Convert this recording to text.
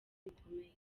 bikomeye